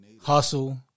hustle